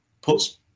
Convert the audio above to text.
puts